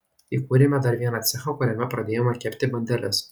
įkūrėme dar vieną cechą kuriame pradėjome kepti bandeles